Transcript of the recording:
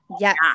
yes